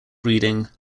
breeding